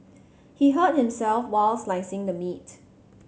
he hurt himself while slicing the meat